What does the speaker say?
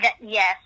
Yes